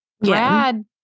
Brad